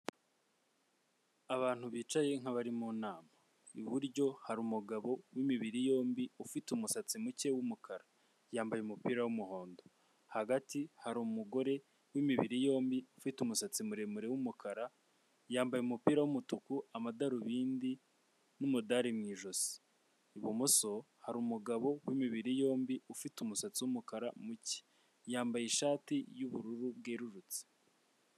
Abantu bicaye nk'abari mu nama iburyo hari umugabo w'imibiri yombi ufite umusatsi muke w'umukara yambaye umupira w'umuhondo, hagati hari mugore w'imibiri yombi ufite umusatsi muremure w'umukara yambaye umupira w'umutuku, amadarubindi n'umudari mu ijosi, ibumoso hari umugabo w'imibiri yombi ufite umusatsi w'umukara muke yambaye ishati y'ubururu bwerurutse.